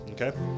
Okay